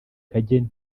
kageni